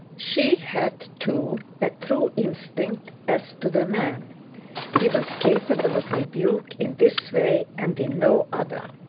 she had, too, a true instinct as to the man he was capable of rebuke in this way and in no other.